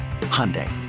Hyundai